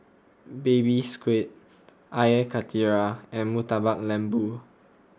Baby Squid Air Karthira and Murtabak Lembu